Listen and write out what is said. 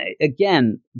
again